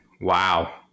wow